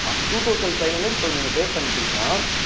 ஆ two thousand five hundred இப்போ நீங்கள் pay பண்ணிட்டீங்கன்னா